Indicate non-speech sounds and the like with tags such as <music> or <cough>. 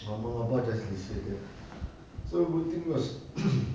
mama abah just listen so good thing was <coughs>